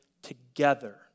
Together